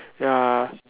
ya